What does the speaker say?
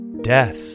Death